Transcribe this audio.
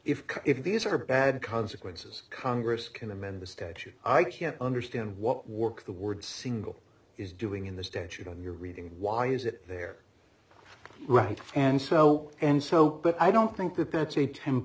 if if these are bad consequences congress can amend the statute i can't understand what work the word single is doing in the statute and you're reading why is it there right and so and so but i don't think that that's a